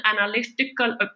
analytical